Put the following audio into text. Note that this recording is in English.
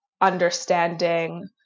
understanding